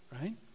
Right